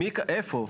איפה?